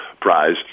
Prize